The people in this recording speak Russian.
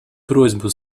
просьбу